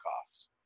costs